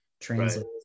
translate